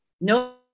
no